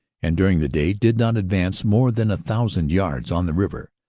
and during the day did not advance more than a thousand yards on the river,